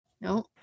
No